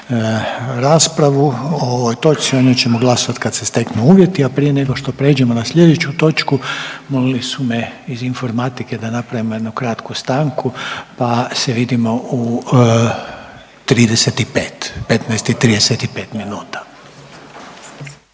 raspravu o ovoj točci. O njoj ćemo glasovati kada se steknu uvjeti. A prije nego što prijeđemo na sljedeću točku molili su me iz informatike da napravimo jednu kratku stanku, pa se vidimo u 35, 15:35 minuta.